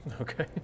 Okay